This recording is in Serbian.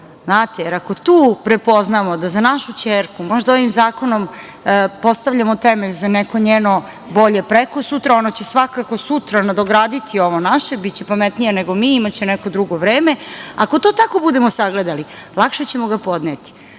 Znate, jer ako tu prepoznamo da za našu ćerku možda ovim zakonom postavljamo temelj za neko njeno bolje prekosutra, ona će svakako sutra nadograditi ovo naše, biće pametnija nego mi, imaće neko drugo vreme, ako to tako budemo sagledali, lakše ćemo ga podneti. Isto